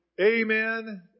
Amen